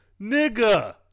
Nigga